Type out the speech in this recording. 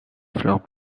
fleurs